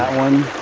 one?